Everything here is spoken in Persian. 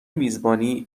میزبانی